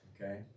okay